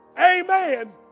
Amen